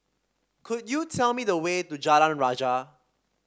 could you tell me the way to Jalan Rajah